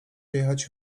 jechać